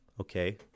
okay